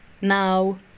Now